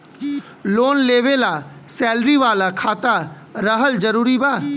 Loan लेवे ला salary वाला खाता रहल जरूरी बा?